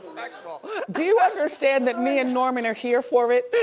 do you understand that me and norman are here for it?